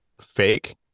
fake